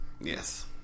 Yes